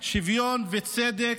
שוויון וצדק.